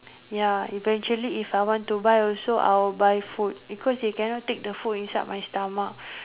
ya eventually if I want to buy also I will buy food because they cannot take the food inside my stomach